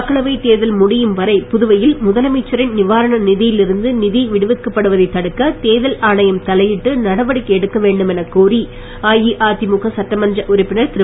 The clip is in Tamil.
மக்களவைத் தேர்தல் முடியும் வரை புதுவையில் முதலமைச்சரின் நிவாரண நிதியில் இருந்து நிதி விடுவிக்கப் படுவதைத் தடுக்க தேர்தல் ஆணையம் தலையிட்டு நடவடிக்கை எடுக்கவேண்டும் என கோரி அஇஅதிமுக சட்டமன்ற உறுப்பினர் திரு